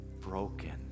broken